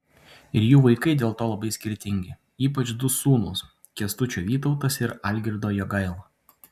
ir jų vaikai dėl to labai skirtingi ypač du sūnūs kęstučio vytautas ir algirdo jogaila